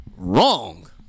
Wrong